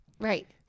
Right